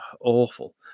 awful